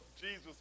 Jesus